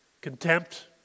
contempt